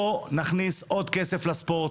בוא נכניס עוד כסף לספורט,